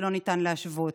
שלא ניתן להשוות,